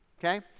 Okay